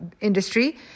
industry